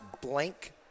blank